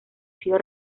sido